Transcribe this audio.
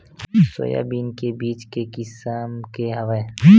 Soybean के बीज के किसम के हवय?